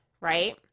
right